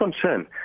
concern